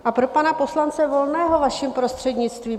A pro poslance Volného, vaším prostřednictvím.